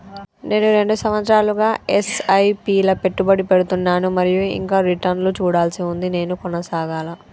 నేను రెండు సంవత్సరాలుగా ల ఎస్.ఐ.పి లా పెట్టుబడి పెడుతున్నాను మరియు ఇంకా రిటర్న్ లు చూడాల్సి ఉంది నేను కొనసాగాలా?